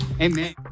amen